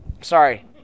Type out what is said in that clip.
Sorry